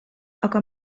aga